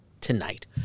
tonight